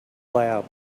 lab